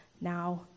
now